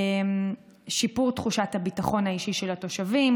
שיפור תחושת הביטחון האישי של התושבים,